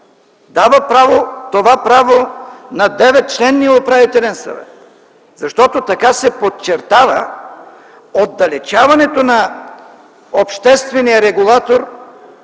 Дава това право на 9-членния Управителен съвет, защото така се подчертава отдалечаването на обществения регулатор от